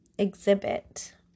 exhibit